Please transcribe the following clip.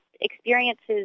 experiences